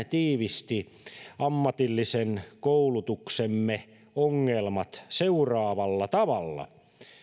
tiivisti ammatillisen koulutuksemme ongelmat seuraavalla tavalla